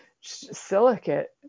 silicate